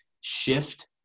shift